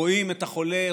רואים את החולה,